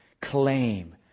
claim